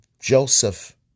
Joseph